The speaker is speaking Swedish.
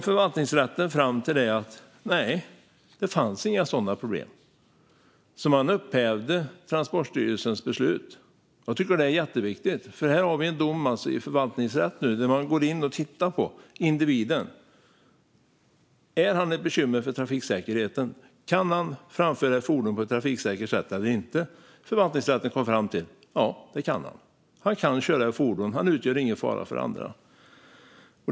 Förvaltningsrätten kom fram till att det inte fanns några sådana problem, så man upphävde Transportstyrelsens beslut. Jag tycker att det är jätteviktigt. Här har vi alltså en dom i förvaltningsrätten där man går in och tittar på individen. Är han ett bekymmer för trafiksäkerheten? Kan han framföra ett fordon på ett trafiksäkert sätt eller inte? Förvaltningsrätten kom fram till detta: Ja, det kan han. Han kan köra ett fordon. Han utgör ingen fara för andra.